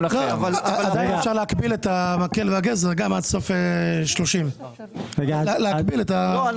עדיין אפשר להקביל את המקל והגזר עד סוף 2030. זה